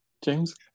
James